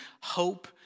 hope